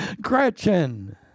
Gretchen